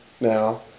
now